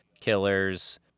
Killers